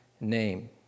name